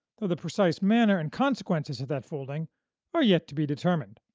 though the precise manner and consequences of that folding are yet to be determined.